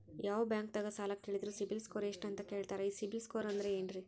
ಯಾವ ಬ್ಯಾಂಕ್ ದಾಗ ಸಾಲ ಕೇಳಿದರು ಸಿಬಿಲ್ ಸ್ಕೋರ್ ಎಷ್ಟು ಅಂತ ಕೇಳತಾರ, ಈ ಸಿಬಿಲ್ ಸ್ಕೋರ್ ಅಂದ್ರೆ ಏನ್ರಿ?